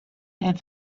and